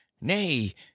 nay